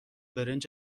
برنج